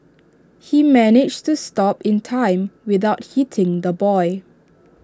he managed to stop in time without hitting the boy